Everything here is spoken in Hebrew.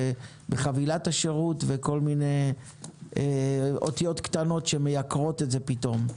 בחבילת השירות וכל מיני אותיות קטנות שמייקרות את זה פתאום.